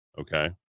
Okay